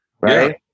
right